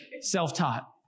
Self-taught